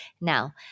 Now